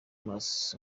mars